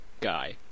guy